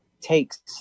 takes